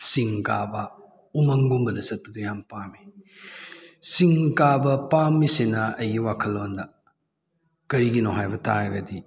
ꯆꯤꯡ ꯀꯥꯕ ꯎꯃꯪꯒꯨꯝꯕꯗ ꯆꯠꯄꯗꯨ ꯌꯥꯝ ꯄꯥꯝꯏ ꯆꯤꯡ ꯀꯥꯕ ꯄꯥꯝꯂꯤꯁꯤꯅ ꯑꯩꯒꯤ ꯋꯥꯈꯜꯂꯣꯟꯗ ꯀꯔꯤꯒꯤꯅꯣ ꯍꯥꯏꯕ ꯇꯥꯔꯒꯗꯤ